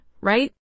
right